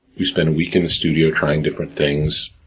we spent a week in the studio, trying different things,